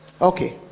Okay